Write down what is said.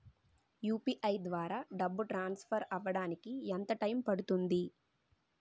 UPI ద్వారా డబ్బు transfer అవ్వడానికి ఎంత టైం పడుతుంది?